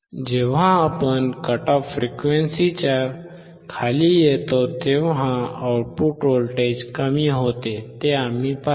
जेव्हा आपण cut off फ्रिक्वेन्सीच्या खाली येतो तेव्हा आउटपुट व्होल्टेज कमी होते हे आम्ही पाहिले